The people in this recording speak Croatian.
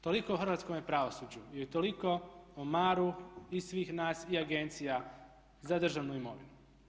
Toliko o hrvatskome pravosuđu i toliko o maru i svih nas i agencija za državnu imovinu.